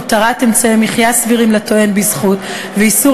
הותרת אמצעי מחיה סבירים לטוען בזכות ואיסור